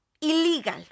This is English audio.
illegal